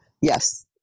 yes